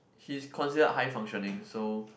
he's considered high functioning so